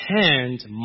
hand